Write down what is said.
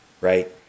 right